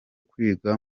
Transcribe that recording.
kwiga